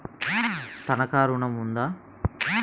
తనఖా ఋణం ఉందా?